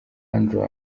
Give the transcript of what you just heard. andrew